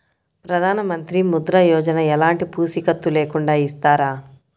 ప్రధానమంత్రి ముద్ర యోజన ఎలాంటి పూసికత్తు లేకుండా ఇస్తారా?